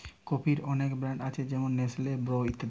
কফির অনেক ব্র্যান্ড আছে যেমন নেসলে, ব্রু ইত্যাদি